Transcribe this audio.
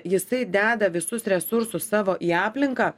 jisai deda visus resursus savo į aplinką